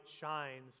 shines